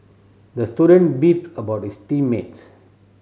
the student beefed about his team mates